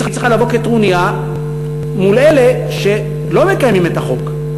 אלא היא צריכה לבוא כטרוניה אל אלה שלא מקיימים את החוק.